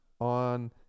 on